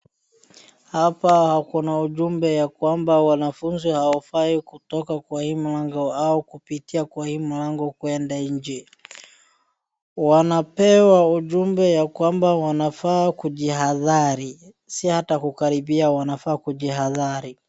Hapa kuna ujumbe kwamba wanafaunzi hawafai kutoka kwa hii mlango au kupitia kwa hii mlango kwenda nje. Wanapewa ujumbe ya kwamba wanafaa kujihadhari, si hata kukaribia, wanafaa kujihadhari.